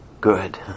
good